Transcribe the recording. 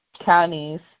counties